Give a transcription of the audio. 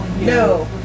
No